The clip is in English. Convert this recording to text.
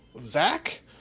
Zach